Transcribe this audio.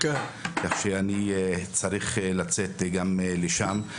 כך שאני צריך לצאת גם לשם.